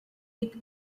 with